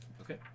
okay